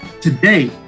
Today